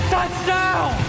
Touchdown